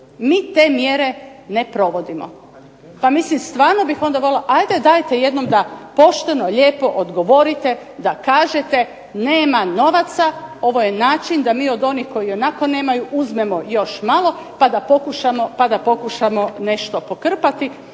mi te mjere ne provodimo. Pa mislim stvarno bi onda, ajde da jednom pošteno lijepo odgovorite, da kažete nema novaca, ovo je način da mi od onih koji ionako nemaju uzmemo još malo pa da pokušamo nešto pokrpati,